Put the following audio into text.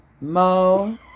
Mo